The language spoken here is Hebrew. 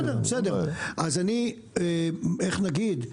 בסדר, אז איך להגיד?